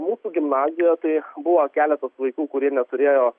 mūsų gimnazijoje tai buvo keletas vaikų kurie neturėjo